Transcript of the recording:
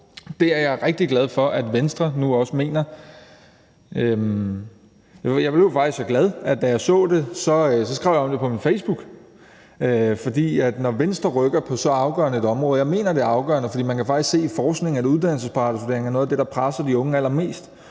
det er jeg rigtig glad for at Venstre nu også mener. Jeg blev faktisk så glad, da jeg så det, at jeg skrev om det på min facebookside, for når Venstre rykker på så afgørende et område – og jeg mener, det er afgørende, for man kan faktisk se i forskningen, at uddannelsesparathedsvurderingen er noget af det, der presser de unge allermest